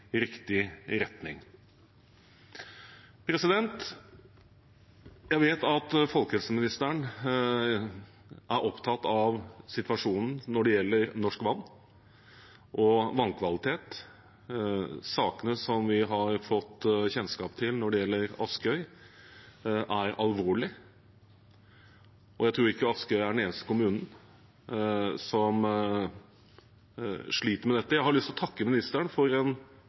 riktig retning. Jeg vet at folkehelseministeren er opptatt av situasjonen når det gjelder norsk vann og vannkvalitet. Sakene som vi har fått kjennskap til når det gjelder Askøy, er alvorlige, og jeg tror ikke Askøy er den eneste kommunen som sliter med dette. Jeg har lyst til å takke ministeren for en